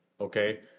okay